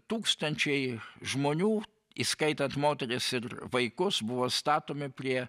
tūkstančiai žmonių įskaitant moteris ir vaikus buvo statomi prie